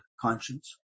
conscience